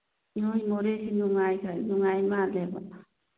ꯅꯣꯏ ꯃꯣꯔꯦꯁꯤ ꯅꯨꯡꯉꯥꯏꯈ꯭ꯔꯦ ꯅꯨꯡꯉꯥꯏ ꯃꯥꯜꯂꯦꯕ